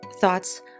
thoughts